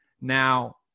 now